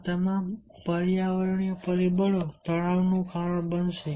આ તમામ પર્યાવરણીય પરિબળો તણાવનું કારણ બનશે